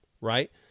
right